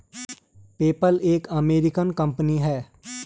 PayPal एक American company है